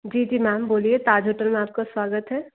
जी जी मैम बोलिए ताज होटल में आपका स्वागत है